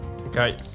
Okay